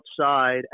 outside